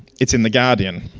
it's in the guardian,